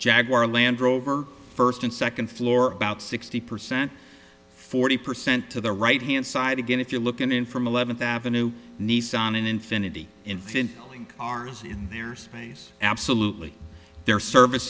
jaguar land rover first and second floor about sixty percent forty percent to the right hand side again if you look in from eleventh avenue nissan and infinity infinity ours in their space absolutely their service